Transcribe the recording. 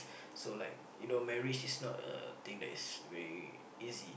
so like you know marriage is not a thing that is very easy